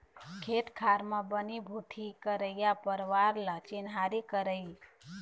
खेत खार म बनी भूथी करइया परवार ल चिन्हारी करई